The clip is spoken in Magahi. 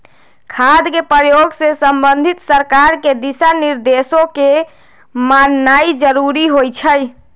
खाद के प्रयोग से संबंधित सरकार के दिशा निर्देशों के माननाइ जरूरी होइ छइ